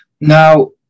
Now